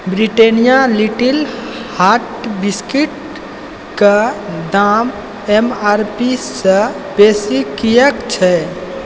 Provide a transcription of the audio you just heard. Britannia little heart बिस्कुटके दाम M R P सँ बेसी किएक छै